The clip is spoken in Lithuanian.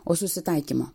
o susitaikymo